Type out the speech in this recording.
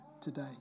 today